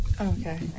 Okay